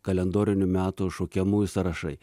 kalendorinių metų šaukiamųjų sąrašai